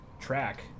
track